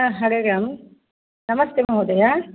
आ हरे राम् नमस्ते महोदय